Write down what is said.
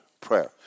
prayer